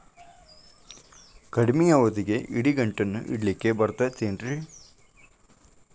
ಕಡಮಿ ಅವಧಿಗೆ ಇಡಿಗಂಟನ್ನು ಇಡಲಿಕ್ಕೆ ಬರತೈತೇನ್ರೇ?